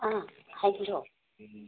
ꯑꯥ ꯍꯥꯏꯕꯤꯔꯛ ꯑꯣ